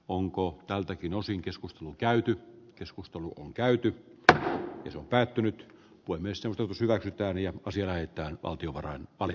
onko tältäkin osin keskustelu käyty keskustelu on käyty kahakka päättynyt voimisteltu syvä kyttääviä osia että valtiovarain bali